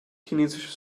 chinesisches